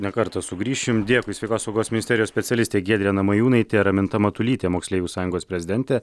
ne kartą sugrįšime dėkui sveikatos apsaugos ministerijos specialistė giedrė namajūnaitė raminta matulytė moksleivių sąjungos prezidentė